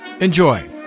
Enjoy